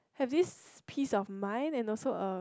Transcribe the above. have this peace of mind and also uh